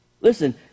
Listen